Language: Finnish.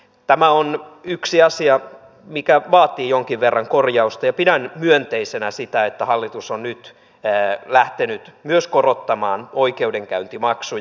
tämä on yksi asia mikä vaatii jonkin verran korjausta ja pidän myönteisenä sitä että hallitus on nyt lähtenyt myös korottamaan oikeudenkäyntimaksuja